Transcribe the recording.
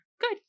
Good